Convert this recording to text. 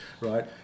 right